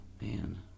Man